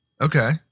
Okay